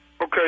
Okay